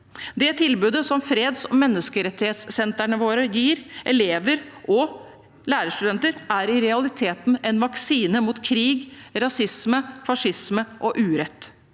Det tilbudet som fredsog menneskerettighetssenterne våre gir elever og lærerstudenter, er i realiteten en vaksine mot krig, rasisme, fascisme og urett.